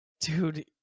Dude